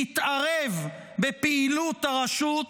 להתערב בפעילות הרשות,